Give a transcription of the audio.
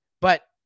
but-